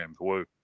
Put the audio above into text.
Woo